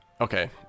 okay